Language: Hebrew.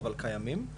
אבל קיימים,